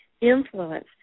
influence